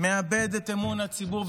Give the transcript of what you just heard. מאבד את אמון הציבור,